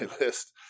list